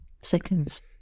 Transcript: Seconds